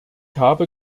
habe